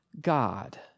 God